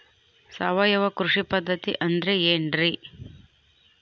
ಸಾವಯವ ಕೃಷಿ ಪದ್ಧತಿ ಅಂದ್ರೆ ಏನ್ರಿ?